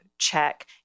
Check